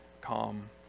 calm